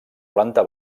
planta